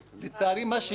מה שיקרה